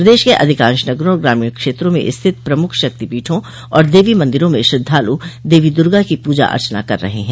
प्रदेश के अधिकांश नगरों और ग्रामीण क्षेत्रों में स्थित प्रमुख शक्तिपीठों और देवी मंदिरों म श्रद्वालु देवी दुर्गा की पूजा अर्चना कर रहे हैं